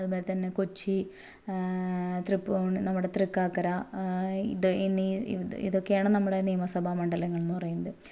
അതുപോലെ തന്നെ കൊച്ചി തൃപ്പൂണിത്തുറ നമ്മുടെ തൃക്കാക്കര ഇത് ഇനി ഇതൊക്കെയാണ് നമ്മുടെ നിയമസഭാ മണ്ഡലങ്ങൾന്ന് പറയുന്നത്